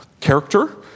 character